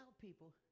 people